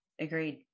agreed